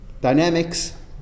dynamics